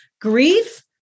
Grief